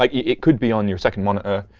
like it could be on your second monitor,